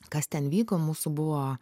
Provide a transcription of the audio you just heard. kas ten vyko mūsų buvo